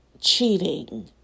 cheating